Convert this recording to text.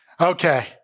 Okay